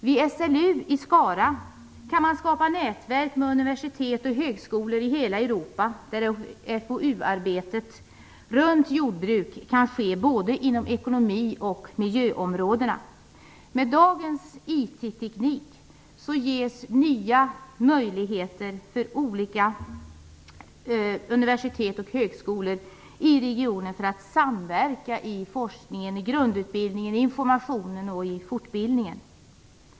Vid SLU i Skara kan man skapa nätverk med universitet och högskolor i hela Europa, där forskningsoch utvecklingsarbetet om jordbruk kan ske inom både ekonomi och miljöområdena. Med dagens IT-teknik ges olika universitet och högskolor i regionen nya möjligheter att samverka när det gäller forskning, grundutbildning, information och fortbildning.